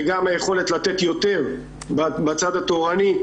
וגם היכולת לתת יותר בצד התורני,